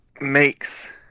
makes